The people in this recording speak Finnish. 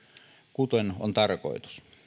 kuten on tarkoitus